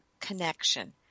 connection